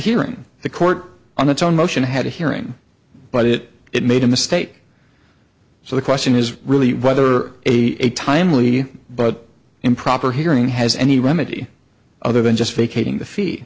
hearing the court on its own motion had a hearing but it it made a mistake so the question is really whether a timely but improper hearing has any remedy other than just vacating the fee